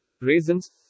raisins